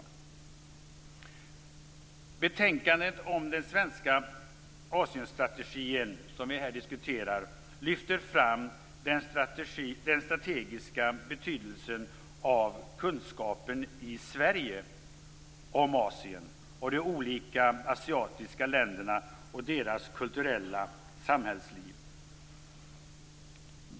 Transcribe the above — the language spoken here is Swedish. Betänkandet om den svenska Asienstrategin, som vi här diskuterar, lyfter fram den strategiska betydelsen av kunskapen i Sverige om Asien, de olika asiatiska länderna och deras kultur och samhällsliv.